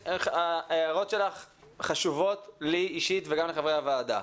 ההערות שלך חשובות לי אישית וגם לחברי הוועדה,